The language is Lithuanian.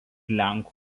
lenkų